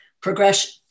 progression